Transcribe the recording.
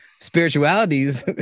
spiritualities